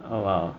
oh !wow!